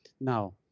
now